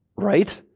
Right